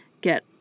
get